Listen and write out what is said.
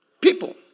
people